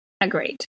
Agreed